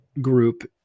group